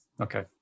Okay